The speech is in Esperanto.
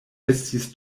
estis